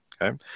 okay